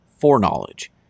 foreknowledge